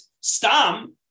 Stam